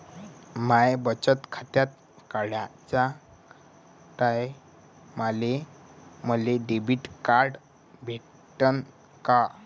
माय बचत खातं काढाच्या टायमाले मले डेबिट कार्ड भेटन का?